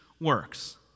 works